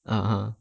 ah